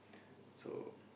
so